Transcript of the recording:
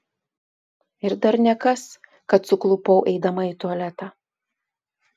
ir dar nekas kad suklupau eidama į tualetą